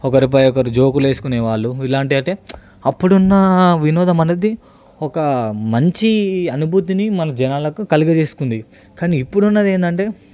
ఒకరిపై ఒకరు జోకులు వేసుకునే వాళ్ళు ఇలాంటివైతే అయితే అప్పుడున్న వినోదం అనేది ఒక మంచి అనుభూతిని మన జనాలకు కలగజేస్తుంది కానీ ఇప్పుడుఉన్న ఏంటంటే